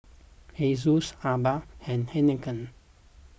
Asus Aibi and Heinekein